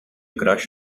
crush